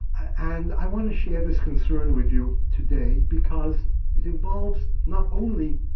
and i want to share this concern with you today because it involves not only